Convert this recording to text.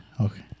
Okay